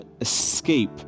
escape